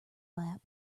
lap